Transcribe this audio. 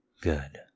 Good